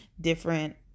different